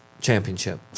championship